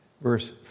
verse